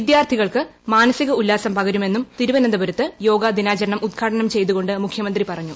വിദ്യാർത്ഥികൾക്ക് മാനസിക ഉല്ലാസം പകരുമെന്നും തിരുവനന്തപുരത്ത് യോഗ ദിനാചരണം ഉദ്ഘാടനം ചെയ്തുകൊണ്ട് മുഖ്യമന്ത്രി പറഞ്ഞു